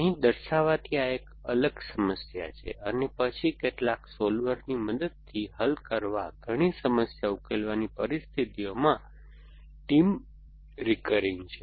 અહીં દર્શાવાતી આ એક અલગ સમસ્યા છે અને પછી કેટલાક સોલ્વરની મદદથી હલ કરવા ઘણી સમસ્યા ઉકેલવાની પરિસ્થિતિઓમાં ટીમ રિકરિંગ છે